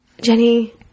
jenny